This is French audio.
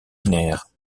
binaires